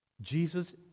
Jesus